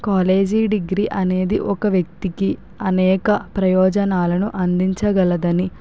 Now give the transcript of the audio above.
college degree అనేది ఒక వ్యక్తికి అనేక ప్రయోజనాలను అందించగలదని